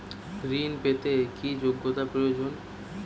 ঋণ পেতে কি যোগ্যতা প্রয়োজন?